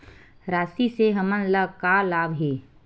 राशि से हमन ला का लाभ हे?